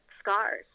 scars